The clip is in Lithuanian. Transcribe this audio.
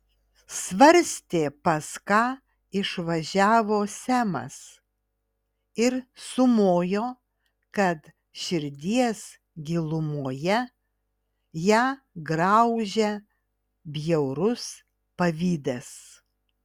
svarstė pas ką išvažiavo semas ir sumojo kad širdies gilumoje ją graužia bjaurus pavydas